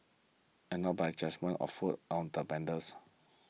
and no but just one of food on the vendors